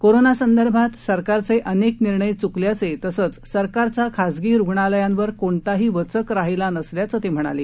कोरोनासंदर्भात सरकारचे अनेक निर्णय चुकल्याचे तसंच सरकारचा खासगी रुग्णालयांवर कोणताही वचक राहिला नसल्याचं ते म्हणाले